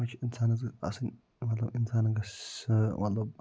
تتھ مَنٛز چھُ اِنسانَس گٔژھۍ آسٕن مَطلَب اِنسانَس گٔژھۍ سُہ مَطلَب